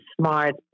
smart